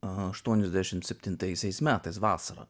aštuoniasdešimt septintaisiais metais vasarą